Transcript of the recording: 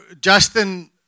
Justin